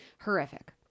horrific